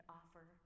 offer